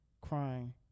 crying